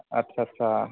आत्सा आत्सा